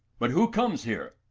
but who comes here?